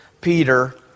Peter